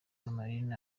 honorine